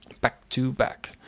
Back-to-back